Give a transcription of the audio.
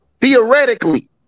Theoretically